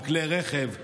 עם רכב,